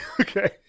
Okay